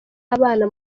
abana